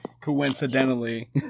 coincidentally